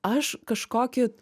aš kažkokį